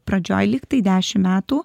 pradžioj lygtai dešim metų